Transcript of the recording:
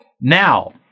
Now